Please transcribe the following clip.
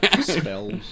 Spells